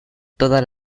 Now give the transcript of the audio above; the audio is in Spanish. toda